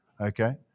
Okay